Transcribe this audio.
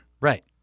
Right